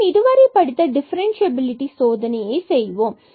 நாம் இதுவரை படித்த டிஃபரன்ஸ்சியபிலிடி சோதனை செய்வோம்